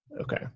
Okay